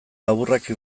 laburrak